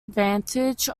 advantage